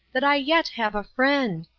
that i yet have a friend.